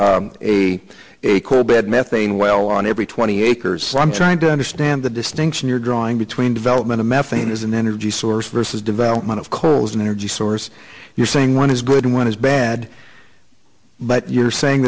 a a clear bed methane well on every twenty acres so i'm trying to understand the distinction you're drawing between development of methane is an energy source versus development of coal as an energy source you're saying one is good and one is bad but you're saying